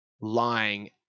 lying